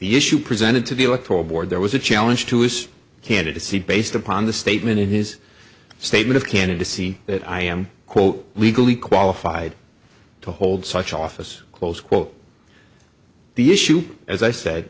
issue presented to the electoral board there was a challenge to his candidacy based upon the statement in his statement of candidacy that i am quote legally qualified to hold such office close quote the issue as i said